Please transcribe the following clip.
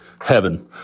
heaven